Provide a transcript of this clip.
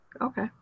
okay